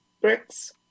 Bricks